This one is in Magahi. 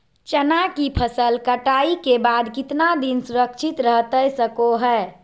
चना की फसल कटाई के बाद कितना दिन सुरक्षित रहतई सको हय?